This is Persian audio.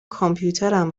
کامپیوترم